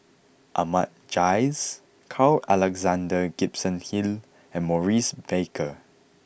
Ahmad Jais Carl Alexander Gibson Hill and Maurice Baker